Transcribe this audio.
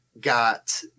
got